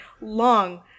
Long